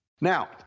Now